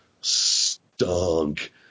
stunk